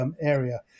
area